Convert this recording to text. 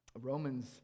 Romans